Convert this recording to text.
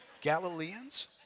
Galileans